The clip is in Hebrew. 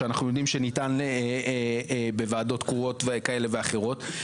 שאנחנו יודעים שניתן בוועדות קרואות כאלה ואחרות.